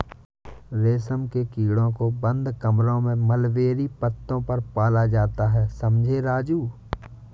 रेशम के कीड़ों को बंद कमरों में मलबेरी पत्तों पर पाला जाता है समझे राजू